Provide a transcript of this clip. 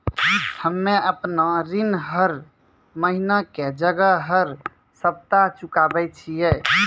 हम्मे आपन ऋण हर महीना के जगह हर सप्ताह चुकाबै छिये